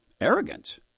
Arrogant